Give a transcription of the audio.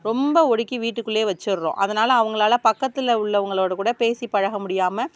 ரொம்ப ஒடுக்கி வீட்டுக்குள்ளே வச்சிடுறோம் அதனால் அவங்களால் பக்கத்தில் உள்ளவங்களோடு கூட பேசிப் பழக முடியாமல்